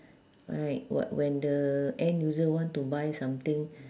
right what when the end user want to buy something